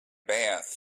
bath